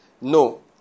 No